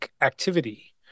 activity